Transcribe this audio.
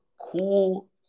cool